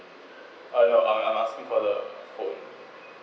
uh no I'm I'm asking for the phone